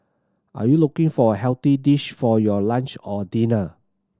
are you looking for a healthy dish for your lunch or dinner